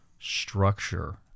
structure